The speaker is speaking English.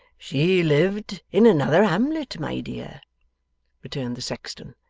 she lived in another hamlet, my dear returned the sexton.